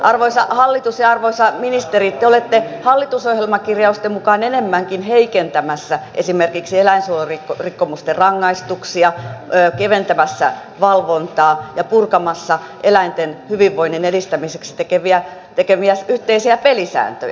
arvoisa hallitus ja arvoisa ministeri te olette hallitusohjelmakirjausten mukaan enemmänkin heikentämässä esimerkiksi eläinsuojelurikkomusten rangaistuksia keventämässä valvontaa ja purkamassa eläinten hyvinvoinnin edistämiseksi tehtyjä yhteisiä pelisääntöjä